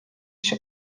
się